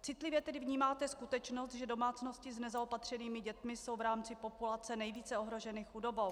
Citlivě tedy vnímáte skutečnost, že domácnosti s nezaopatřenými dětmi jsou v rámci populace nejvíce ohroženy chudobou.